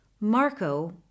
Marco